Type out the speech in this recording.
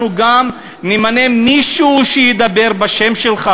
אנחנו גם נמנה מישהו שידבר בשמך,